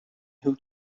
who